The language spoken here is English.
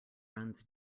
runs